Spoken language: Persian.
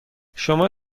شما